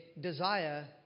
desire